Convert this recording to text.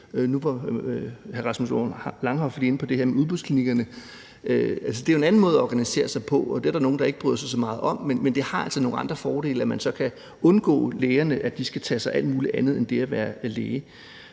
Nu var hr. Rasmus Horn Langhoff lige inde på det med udbudsklinikkerne, og det er jo en anden måde at organisere sig på. Det er der nogen, der ikke bryder sig så meget om, men det har altså nogle andre fordele, nemlig at lægerne så kan undgå at skulle tage sig af alt mulig andet end det at være læge.